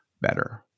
better